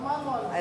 שמענו על זה.